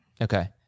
Okay